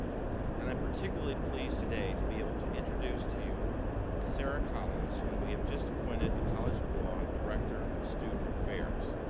and i'm particularly pleased today to be able to introduce to you sarah collins, whom we have just appointed the college of law director of student affairs.